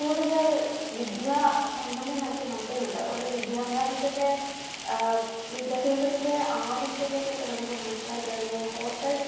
കൂടുതൽ വിദ്യാസമ്പന്നനാക്കി മാറ്റുന്നുണ്ട് ഓരോ വിദ്യാഭ്യാസത്തിൻ്റെ വിദ്യാഭ്യാസത്തിൻ്റെ ആവശ്യകതയൊക്കെ നമുക്ക് മനസ്സിലായി തുടങ്ങുകയും ഹോട്ടൽ